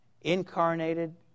incarnated